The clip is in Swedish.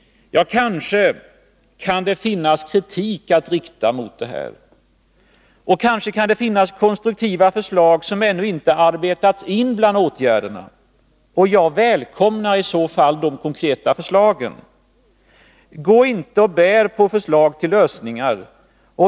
Kanske kan det finnas kritik att rikta mot detta. Och kanske kan det finnas konstruktiva förslag som ännu inte arbetats in bland åtgärderna. Jag välkomnar i så fall de konkreta förslagen. Gå inte och bär på förslag till lösningar!